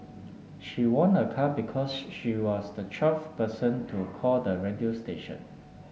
she won a car because she was the twelfth person to call the radio station